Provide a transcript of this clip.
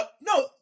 no